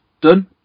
done